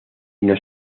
nos